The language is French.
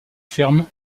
ferme